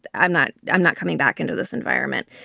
i'm not i'm not coming back into this environment.